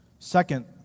Second